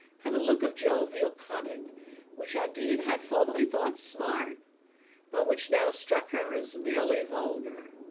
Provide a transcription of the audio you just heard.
had a look of jovial cunning which undine had formerly thought smart but which now struck her as merely vulgar.